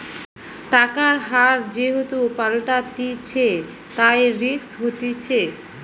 টাকার হার যেহেতু পাল্টাতিছে, তাই রিস্ক হতিছে